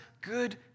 good